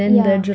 yeah